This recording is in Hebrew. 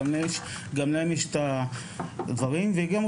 והם גם עושים,